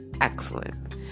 excellent